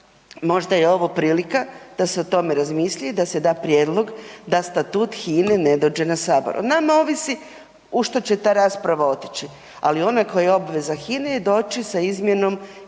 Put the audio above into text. možda je ovo prilika da se o tome razmisli i da se da prijedlog da statut HINA-e ne dođe na Sabor. O nama ovisi u što će ta rasprava otići. Ali ona koja je obveza HINA-e je doći sa izmjenom